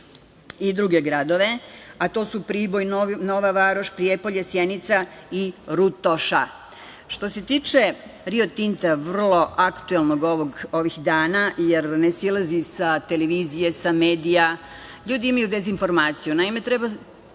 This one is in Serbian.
i druge gradove, a to su Priboj, Nova Varoš, Prijepolje, Sjenica i Rutoša. Što se tiče Rio Tinta, vrlo aktuelnog ovih dana, jer ne silazi sa televizije, sa medija, ljudi imaju dezinformaciju. Naime, treba